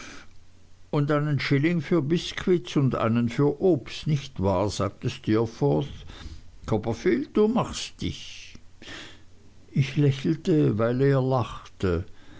und einen schilling für biskuits und einen für obst nicht wahr sagte steerforth copperfield du machst dich ich lächelte weil er lachte